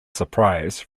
surprise